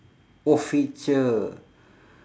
oh feature